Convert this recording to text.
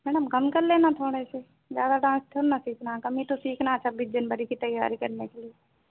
madam कम कर लेना थोड़े से ज्यादा डांस थोड़े न सीखना है कम ही तो सीखना है छब्बीस जनबरी की तैयारी करने के लिए